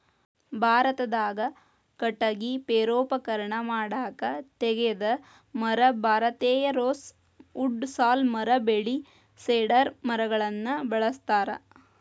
ಭಾರತದಾಗ ಕಟಗಿ ಪೇಠೋಪಕರಣ ಮಾಡಾಕ ತೇಗದ ಮರ, ಭಾರತೇಯ ರೋಸ್ ವುಡ್ ಸಾಲ್ ಮರ ಬೇಳಿ ಸೇಡರ್ ಮರಗಳನ್ನ ಬಳಸ್ತಾರ